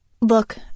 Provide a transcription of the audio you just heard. Look